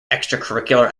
extracurricular